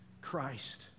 Christ